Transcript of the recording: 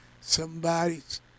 Somebody's